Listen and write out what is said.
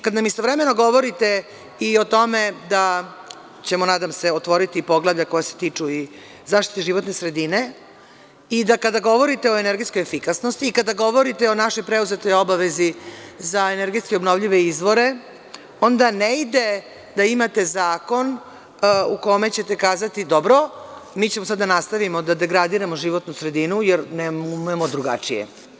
Kada nam istovremeno govorite i o tome da ćemo, nadam se, otvoriti i poglavlja koja se tiču i zaštite životne sredine i dakle da govorite o energetskoj efikasnosti i kada govorite o našoj preuzetoj obavezi za energetski obnovljive izvore, onda ne ide da imate zakon u kome ćete kazati – dobro, mi ćemo sada da nastavimo da degradiramo životnu sredinu, jer ne umemo drugačije.